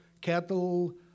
cattle